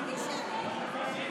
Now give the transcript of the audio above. למה?